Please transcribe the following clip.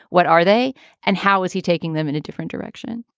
what are they and how is he taking them in a different direction?